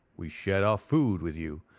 we shared our food with you,